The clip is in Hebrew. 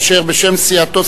אשר בשם סיעתו,